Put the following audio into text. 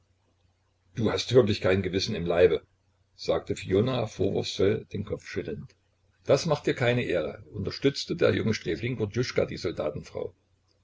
du hast wirklich kein gewissen im leibe sagte fiona vorwurfsvoll den kopf schüttelnd das macht dir keine ehre unterstützte der junge sträfling gordjuschka die